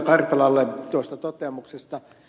karpelalle tuosta toteamuksesta